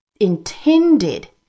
intended